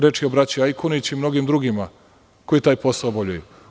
Reč je o braći Ajkonić i mnogim drugima koji taj posao obavljaju.